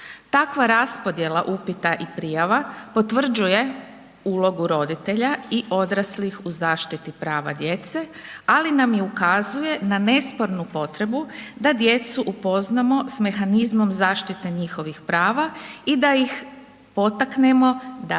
Takva raspodjela upita i prijava potvrđuje ulogu roditelja i odraslih u zaštiti prava djece, ali nam i ukazuje na nespornu potrebu da djecu upoznamo s mehanizmom zaštite njihovih prava i da ih potaknemo da